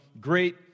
great